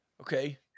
Okay